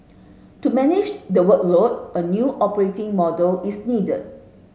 to manage the workload a new operating model is needed